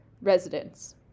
residents